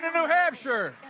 and new hampshire.